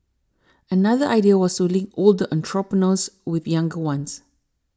another idea was to link older entrepreneurs with younger ones